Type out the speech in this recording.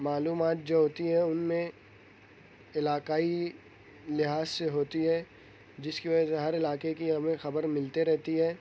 معلومات جو ہوتی ہیں ان میں علاقائی لحاظ سے ہوتی ہیں جس کی وجہ سے ہر علاقے کی ہمیں خبر ملتے رہتی ہے